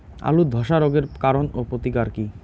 আলুর ধসা রোগের কারণ ও প্রতিকার কি?